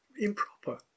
improper